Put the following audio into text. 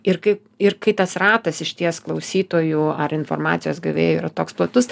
ir kai ir kai tas ratas išties klausytojų ar informacijos gavėjų yra toks platus